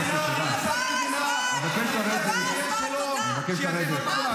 -- מלהתפשר, להגיע לפשרה